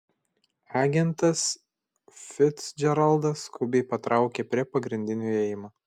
agentas ficdžeraldas skubiai patraukia prie pagrindinio įėjimo